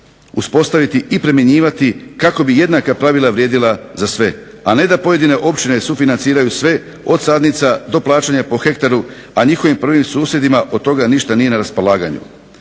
uspostaviti i primjenjivati kako bi jednaka pravila vrijedila za sve, a ne da pojedine općine sufinanciraju sve od sadnica do plaćanja po hektaru, a njihovim prvim susjedima od toga ništa nije na raspolaganju.